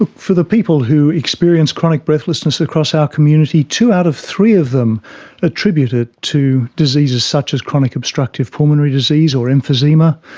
for the people who experience chronic breathlessness across our community, two out of three of them attribute it to diseases such as chronic obstructive pulmonary disease or emphysema,